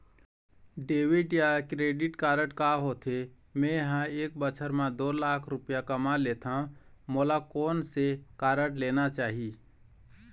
Debit या credit card का होथे, मे ह एक बछर म दो लाख रुपया कमा लेथव मोला कोन से कारड लेना चाही?